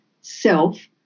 self